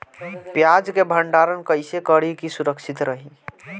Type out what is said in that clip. प्याज के भंडारण कइसे करी की सुरक्षित रही?